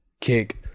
kick